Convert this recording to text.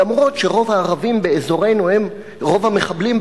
אף שרוב המחבלים באזורנו הם ערבים.